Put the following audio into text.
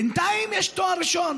בינתיים יש תואר ראשון.